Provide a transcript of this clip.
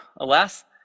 alas